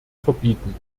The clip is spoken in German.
verbieten